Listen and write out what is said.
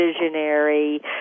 visionary